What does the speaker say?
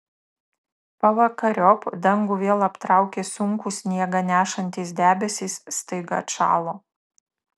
pavakariop dangų vėl aptraukė sunkūs sniegą nešantys debesys staiga atšalo